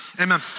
Amen